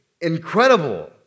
incredible